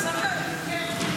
השרה לענייני השר.